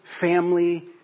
family